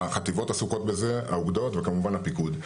החטיבות עסוקות בזה, האוגדות וכמובן הפיקוד.